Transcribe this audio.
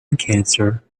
cancer